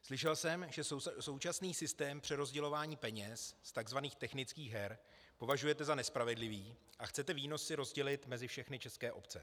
Slyšel jsem, že současný systém přerozdělování peněz z tzv. technických her považujete za nespravedlivý a chcete výnosy rozdělit mezi všechny české obce.